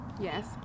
Yes